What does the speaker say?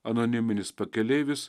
anoniminis pakeleivis